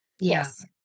Yes